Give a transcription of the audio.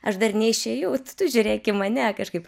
aš dar neišėjau tai tu žiūrėk į mane kažkaip